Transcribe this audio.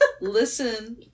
listen